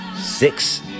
Six